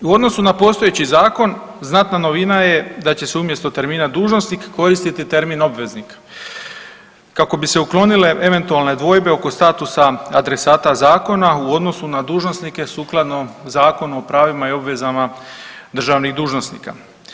U odnosu na postojeći zakon znatna novina je da će umjesto termina dužnosnik koristiti termin obveznik kako bi se uklonile eventualne dvojbe oko statusa adresata zakona u odnosu na dužnosnike sukladno Zakonu o pravima i obvezama državnih dužnosnika.